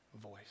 voice